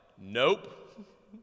nope